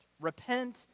Repent